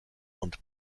und